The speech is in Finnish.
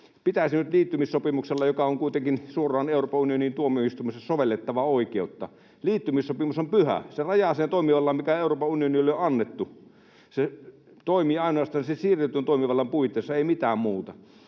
Pitäisi nyt liittymissopimuksella, joka on kuitenkin suoraan Euroopan unionin tuomioistuimessa sovellettavaa oikeutta... Liittymissopimus on pyhä, se rajaa sen toimivallan, mikä Euroopan unionille on annettu. Se toimii ainoastaan sen siirretyn toimivallan puitteissa, ei mitään muuta.